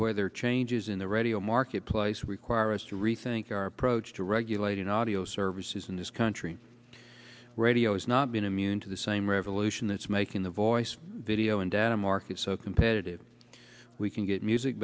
are changes in the radio marketplace require us to rethink our approach to regulating audio services in this country radio has not been immune to the same revolution that's making the voice video and data market so competitive we can get music